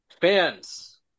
fans